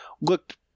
looked